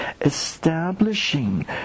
establishing